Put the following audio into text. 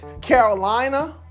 Carolina